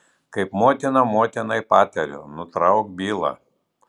kaip motina motinai patariu nutrauk bylą